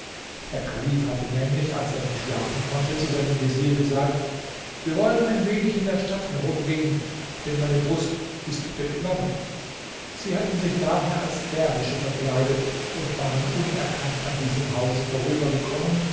der kalif hatte nämlich als er nicht schlafen konnte zu seinem vezier gesagt wir wollen ein wenig in der stadt herumgehen denn meine brust ist beklommen sie hatten sich daher als derwische verkleidet und waren unerkannt an diesem hause